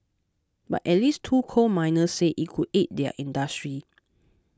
but at least two coal miners say it could aid their industry